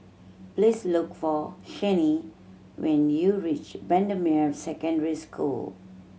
please look for Chaney when you reach Bendemeer Secondary School